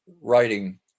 writing